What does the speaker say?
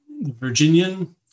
Virginian